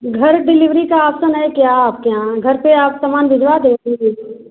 घर डिलीवरी का ऑप्सन है क्या आपके यहाँ घर पर आप सामान भिजवा देंगी